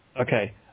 Okay